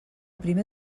primer